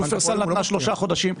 שופרסל נתנה 3 חודשים.